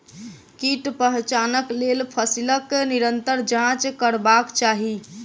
कीट पहचानक लेल फसीलक निरंतर जांच करबाक चाही